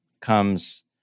comes